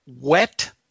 wet